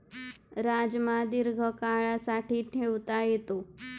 राजमा दीर्घकाळासाठी ठेवता येतो